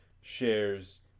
shares